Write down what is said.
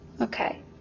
okay